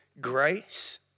Grace